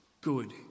Good